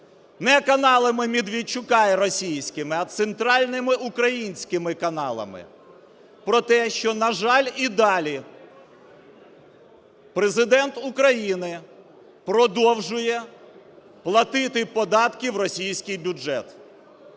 не каналами Медведчука і російськими, а центральними українськими каналами, про те що, на жаль, і далі Президент України продовжує платити податки в російський бюджет.